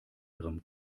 ihrem